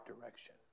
direction